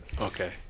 Okay